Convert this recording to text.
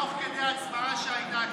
תוך כדי ההצבעה שהייתה כאן.